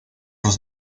los